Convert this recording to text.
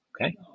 Okay